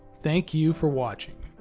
thank you for watching